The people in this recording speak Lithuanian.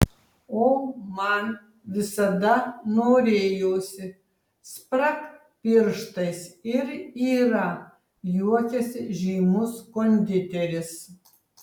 o man visada norėjosi spragt pirštais ir yra juokiasi žymus konditeris